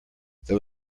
there